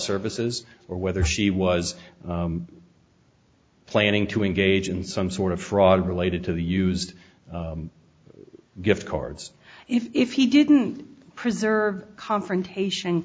services or whether she was planning to engage in some sort of fraud related to the used gift cards if he didn't preserve confrontation